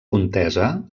contesa